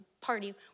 party